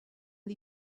the